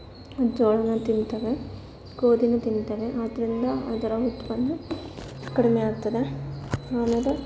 ಜೋಳನ ತಿಂತವೆ ಗೋಧಿನೂ ತಿಂತವೆ ಆದ್ದರಿಂದ ಅದರ ಉತ್ಪನ್ನ ಕಡಿಮೆಯಾಗ್ತದೆ ಆಮೇಲೆ